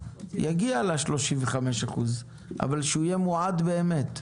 יגיע ל-35 אחוזים אבל שהוא יהיה מועד באמת.